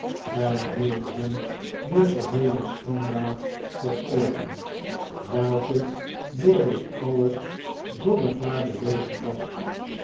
en hield hem de geheele schanddaad voor oogen welke door dit alles zonneklaar bewezen was